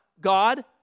God